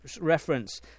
reference